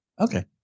okay